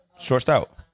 Short-stout